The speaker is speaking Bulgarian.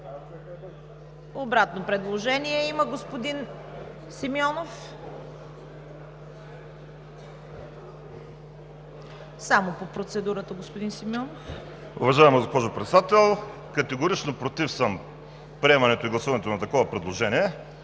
Обратно предложение има господин Симеонов. Само по процедурата, господин Симеонов. ВАЛЕРИ СИМЕОНОВ (ОП): Уважаема госпожо Председател, категорично против съм приемането и гласуването на такова предложение,